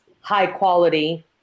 high-quality